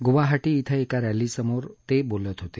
गुवाहाटी कें एका रसीसमोर ते बोलत होते